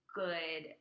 good